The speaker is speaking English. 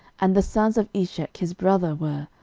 and the sons of eshek his brother were,